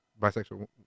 Bisexual